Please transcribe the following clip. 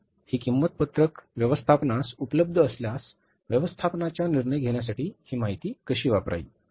आता ही किंमत पत्रक व्यवस्थापनास उपलब्ध असल्यास व्यवस्थापनाच्या निर्णय घेण्यासाठी ही माहिती कशी वापरावी